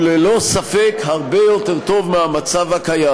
הוא ללא ספק הרבה יותר טוב מהמצב הקיים.